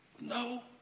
No